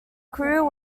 crew